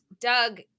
doug